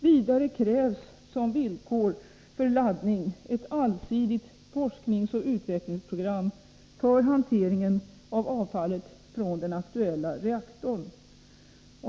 Vidare krävs som villkor för laddning ett allsidigt forskningsoch utvecklingsprogram för hantering av avfallet från den aktuella reaktorn.